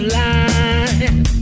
line